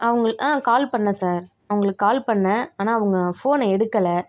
அவங் கால் பண்ணேன் சார் அவங்களுக் கால் பண்ணேன் ஆனால் அவங்க ஃபோனை எடுக்கலை